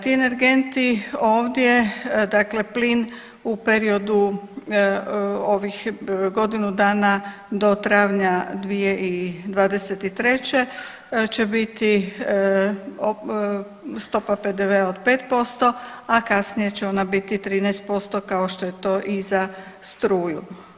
Ti energenti ovdje dakle plin u periodu ovih godinu dana do travnja 2023. će biti stopa PDV-a od 5%, a kasnije će ona biti 13% kao što je to i za struju.